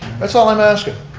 that's all i'm asking.